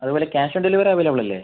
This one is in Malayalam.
അതുപോലെ ക്യാഷ് ഓൺ ഡെലിവറി അവൈലബിൾ അല്ലേ